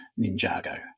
Ninjago